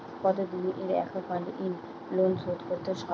কতদিন পর এককালিন লোনশোধ করতে সারব?